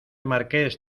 marqués